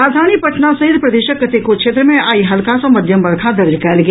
राजधानी पटना सहित प्रदेशक कतेको क्षेत्र मे आइ हल्का सँ मध्यम वर्षा दर्ज कयल गेल